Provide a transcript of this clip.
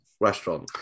restaurant